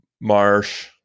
Marsh